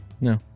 No